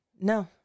No